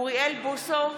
אוריאל בוסו,